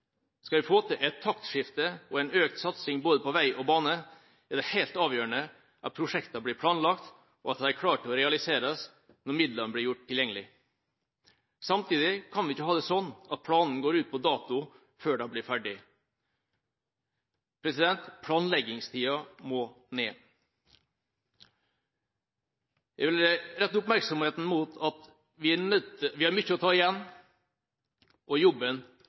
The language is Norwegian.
Skal vi få til et taktskifte og en økt satsing på både vei og bane, er det helt avgjørende at prosjektene blir planlagt, og at de er klare til å realiseres når midlene blir gjort tilgjengelige. Samtidig kan vi ikke ha det sånn at planene går ut på dato før en blir ferdig – planleggingstida må ned. Jeg vil rette oppmerksomheten mot at vi har mye å ta igjen, og jobben